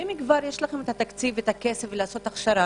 אם כבר יש לכם את התקציב והכסף לעשות הכשרה,